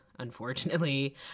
Unfortunately